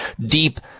deep